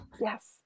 yes